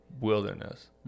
wilderness